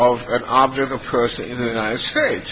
of an object or person in the united states